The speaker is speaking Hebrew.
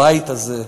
הבית הזה,